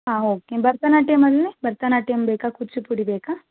ಹಾಂ ಓಕೆ ಭರತನಾಟ್ಯಂ ಅಲ್ಲಿ ಭರತನಾಟ್ಯಂ ಬೇಕಾ ಕೂಚಿಪುಡಿ ಬೇಕಾ